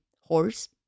horse